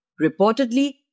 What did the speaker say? Reportedly